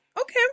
Okay